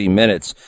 minutes